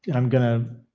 and i'm going to